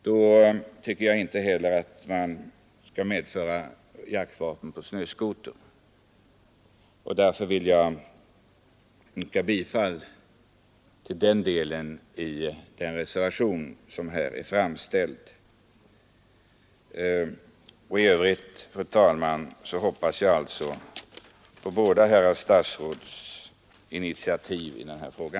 Då tycker jag inte heller att man skall medföra jaktvapen på snöskoter. Därför vill jag yrka bifall till den delen i den reservation som är fogad vid betänkandet. I övrigt hoppas jag, som sagt, på båda herrar statsråds initiativ i denna fråga.